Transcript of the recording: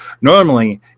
Normally